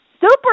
super